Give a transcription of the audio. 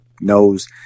knows